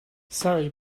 sorry